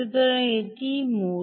সুতরাং এটি মূল